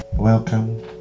Welcome